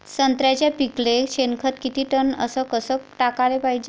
संत्र्याच्या पिकाले शेनखत किती टन अस कस टाकाले पायजे?